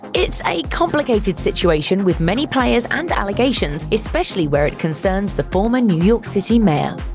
it's a complicated situation with many players and allegations, especially where it concerns the former new york city mayor.